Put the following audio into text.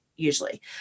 usually